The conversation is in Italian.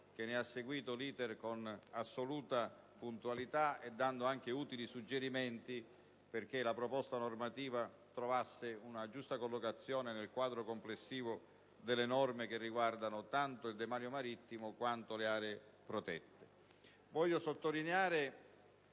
che ne ha seguito l'*iter* con assoluta puntualità e che ha dato anche utili suggerimenti perché la proposta normativa trovasse una giusta collocazione nel quadro complessivo delle norme che riguardano tanto il demanio marittimo quanto le aree protette. Voglio sottolineare